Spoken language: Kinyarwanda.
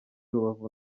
rubavu